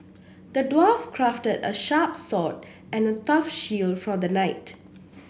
the dwarf crafted a sharp sword and a tough shield for the knight